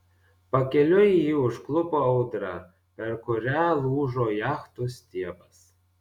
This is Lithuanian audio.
pakeliui jį užklupo audra per kurią lūžo jachtos stiebas